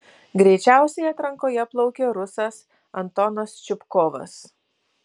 greičiausiai atrankoje plaukė rusas antonas čupkovas